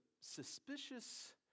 suspicious